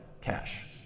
Cash